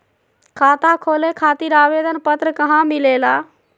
खाता खोले खातीर आवेदन पत्र कहा मिलेला?